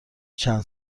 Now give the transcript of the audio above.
چند